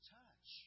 touch